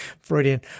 Freudian